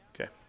Okay